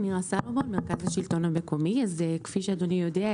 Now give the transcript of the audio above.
כפי שאדוני יודע,